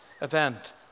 event